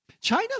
China